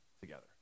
together